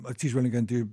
atsižvelgiant į